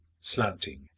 slanting